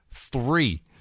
Three